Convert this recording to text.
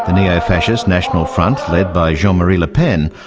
ah neo-fascist national front, led by jean-marie le pen,